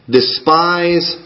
despise